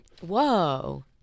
Whoa